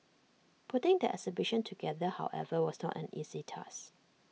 putting the exhibition together however was not an easy task